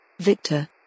Victor